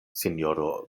sinjoro